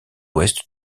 ouest